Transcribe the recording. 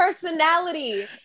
personality